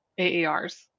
AARs